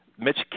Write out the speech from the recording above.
Mitch